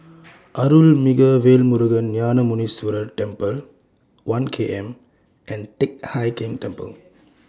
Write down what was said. Arulmigu Velmurugan Gnanamuneeswarar Temple one K M and Teck Hai Keng Temple